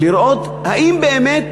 לראות אם באמת